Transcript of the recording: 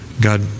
God